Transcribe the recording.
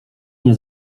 nie